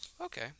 Okay